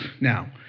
Now